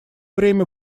время